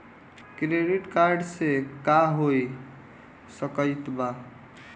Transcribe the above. Credit card से का हो सकइत बा?